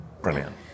Brilliant